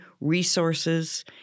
resources